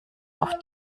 auf